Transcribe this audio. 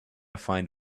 find